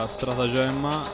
Stratagemma